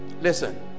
listen